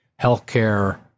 healthcare